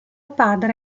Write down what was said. padre